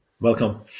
Welcome